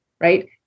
right